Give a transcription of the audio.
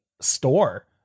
store